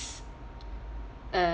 uh